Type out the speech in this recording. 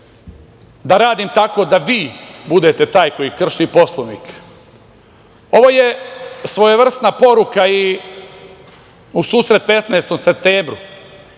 da radim tako da vi budete taj koji krši Poslovnik. Ovo je svojevrsna poruka i u susret 15. septembru